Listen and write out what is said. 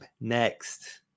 next